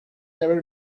never